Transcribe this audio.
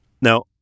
Now